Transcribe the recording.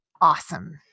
awesome